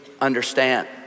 understand